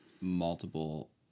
multiple